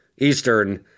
Eastern